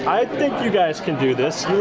i think you guys can do this